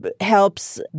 helps